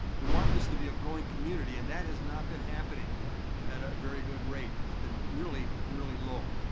we want this to be a growing community and that has not been happening at a very good rate, it's been really, really low.